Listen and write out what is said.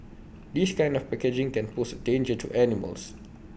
this kind of packaging can pose danger to animals